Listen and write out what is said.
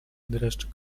dreszcz